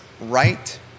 right